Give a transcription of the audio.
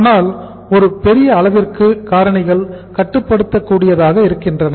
ஆனால் ஒரு பெரிய அளவிற்கு காரணிகள் கட்டுப்படுத்தக் கூடியதாக இருக்கின்றன